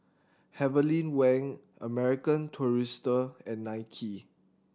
Heavenly Wang American Tourister and Nike